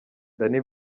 danny